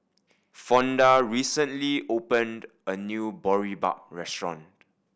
Fonda recently opened a new Boribap restaurant